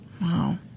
Wow